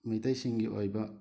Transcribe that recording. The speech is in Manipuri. ꯃꯤꯇꯩꯁꯤꯡꯒꯤ ꯑꯣꯏꯕ